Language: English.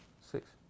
six